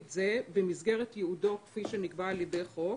זה במסגרת ייעודו כפי שנקבע על ידי חוק,